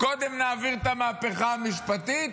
קודם נעביר את המהפכה המשפטית,